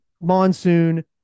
Monsoon